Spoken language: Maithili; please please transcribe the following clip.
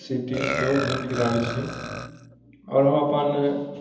सिटी सेहो घुमि फिर आबैत छी आओर हम अपन